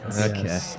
Okay